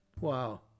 Wow